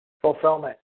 fulfillment